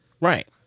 Right